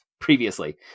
previously